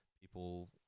people